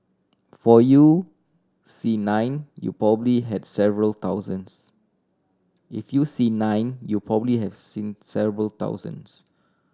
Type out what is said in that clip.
for you see nine you probably have several thousands if you see nine you probably have seen several thousands